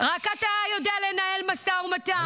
רק אתה יודע לנהל משא ומתן.